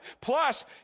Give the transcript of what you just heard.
Plus